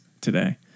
today